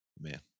Man